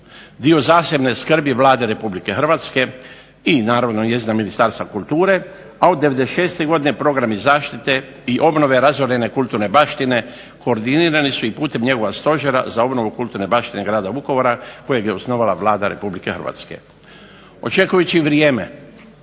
dio zasebne skrbi Vlade Republike Hrvatske i naravno njezina Ministarstva kulture, a od '96. godine programi zaštite i obnove razorene kulturne baštine, koordinirani su i putem njegova stožera za obnovu kulturne baštine grada Vukovara, kojeg je osnovala Vlada Republike Hrvatske. Očekujući vrijeme